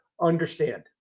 understand